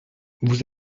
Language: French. vous